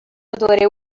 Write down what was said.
odore